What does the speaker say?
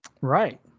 right